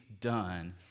done